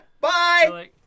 Bye